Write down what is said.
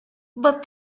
but